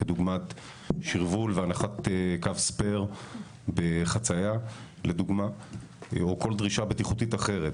כדוגמת הנחת קו ספייר בחצייה או כל דרישה בטיחותית אחרת.